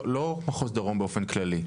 לא, לא מחוז דרום באופן כללי.